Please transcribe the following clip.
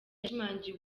yashimangiye